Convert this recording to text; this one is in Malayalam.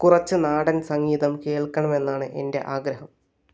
കുറച്ച് നാടൻ സംഗീതം കേൾക്കണമെന്നാണ് എൻ്റെ ആഗ്രഹം